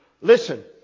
listen